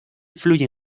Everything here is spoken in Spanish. fluye